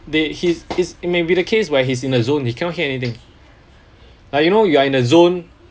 they his his it may be the case where he's in the zone he cannot hear anything like you know you are in the zone